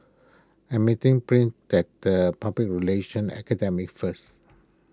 I'm meeting Prince at the Public Relations Academy first